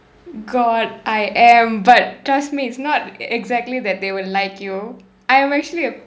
god I am but trust me it's not exactly that they will like you I am actually a